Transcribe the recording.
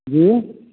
जी